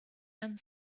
and